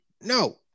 No